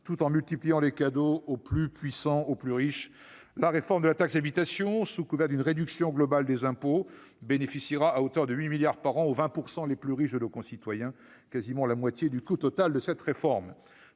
tout en multipliant les cadeaux aux plus puissants, aux plus riches ! La réforme de la taxe d'habitation, sous couvert d'une réduction globale des impôts, bénéficiera à hauteur de 8 milliards par an aux 20 % de nos concitoyens les plus riches, soit la moitié, pratiquement, du coût total de cette réforme